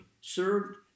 served